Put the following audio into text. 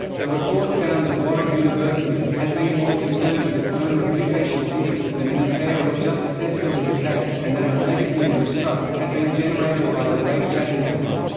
the report found that warwick university had been more concerned with its own reputational interests than in a fair or just assessment of the case, and that a legacy of mistrust had been generated by the rape chat incident.